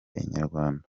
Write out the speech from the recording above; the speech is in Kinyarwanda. inyarwanda